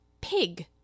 pig